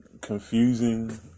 confusing